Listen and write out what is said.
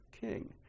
king